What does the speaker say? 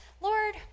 Lord